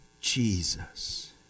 Jesus